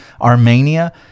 Armenia